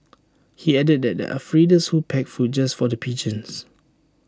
he added that there are feeders who pack food just for the pigeons